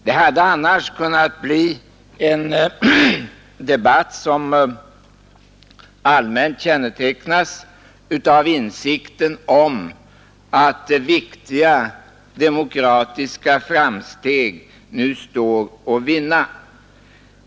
Det hade annars kunnat bli en debatt som allmänt kännetecknas av insikten om att viktiga demokratiska framsteg nu står att vinna.